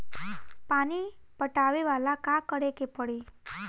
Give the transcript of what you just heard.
पानी पटावेला का करे के परी?